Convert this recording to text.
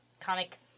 comic